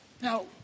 Now